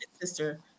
sister